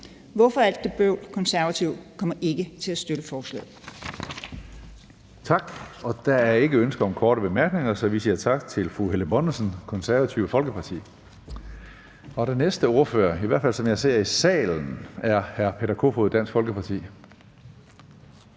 Hvorfor alt det bøvl? Konservative kommer ikke til at støtte forslaget.